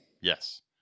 yes